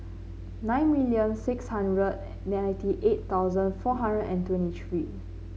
nine million six hundred ninety eight thousand four hundred and twenty three